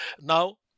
Now